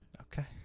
Okay